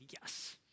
yes